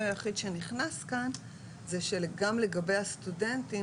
היחיד שנכנס כאן זה שגם לגבי הסטודנטים,